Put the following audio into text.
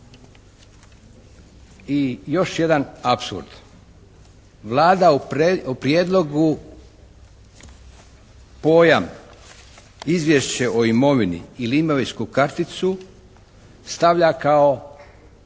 I još jedan apsurd. Vlada u prijedlogu pojam izvješće o imovini ili imovinsku karticu stavlja kao